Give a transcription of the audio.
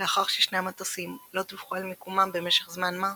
לאחר ששני המטוסים לא דיווחו על מיקומם במשך זמן מה,